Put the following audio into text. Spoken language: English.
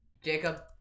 Jacob